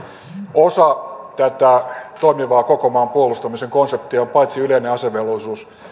osa tätä toimivaa koko maan puolustamisen konseptia on paitsi yleinen asevelvollisuus